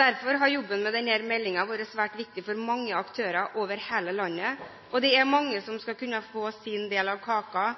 Derfor har jobben med denne meldingen vært svært viktig for mange aktører over hele landet. Det er mange som skal kunne få sin del av kaka